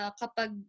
kapag